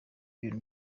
ibintu